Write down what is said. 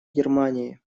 германии